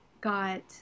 got